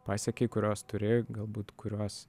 pasiekei kurios turi galbūt kuriuos